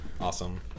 Awesome